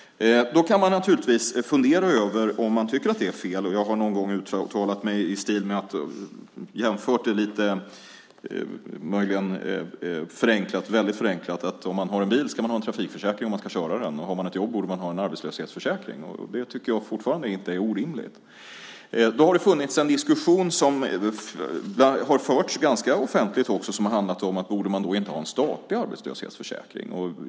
Då kan man naturligtvis fundera över om man tycker att det är fel. Jag har någon gång jämfört det, väldigt förenklat, med att man ska ha en trafikförsäkring om man har bil. Om man har ett jobb borde man ha en arbetslöshetsförsäkring. Det tycker jag fortfarande inte är orimligt. Då har det funnits en diskussion som har förts ganska offentligt om att man kanske borde ha en statlig arbetslöshetsförsäkring.